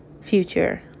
future